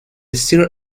sir